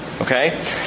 Okay